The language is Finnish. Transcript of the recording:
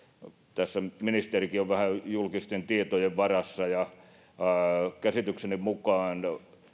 tässä ministerikin on vähän julkisten tietojen varassa käsitykseni mukaan